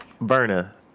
Berna